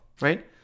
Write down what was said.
right